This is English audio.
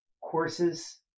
courses